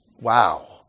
Wow